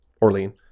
orlean